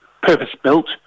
purpose-built